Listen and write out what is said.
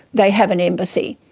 they have an embassy.